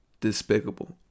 Despicable